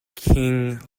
king